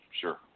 Sure